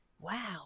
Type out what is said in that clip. wow